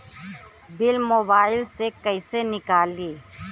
Bill mobile से कईसे निकाली?